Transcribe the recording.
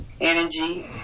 energy